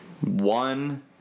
One